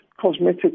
cosmetic